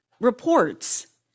reports